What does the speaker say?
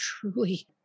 truly